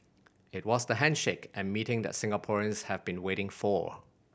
it was the handshake and meeting that Singaporeans have been waiting for